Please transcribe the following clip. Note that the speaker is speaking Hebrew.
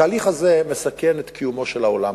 התהליך הזה מסכן גם את קיומו של העולם,